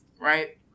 right